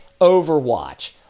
Overwatch